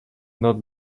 not